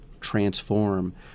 transform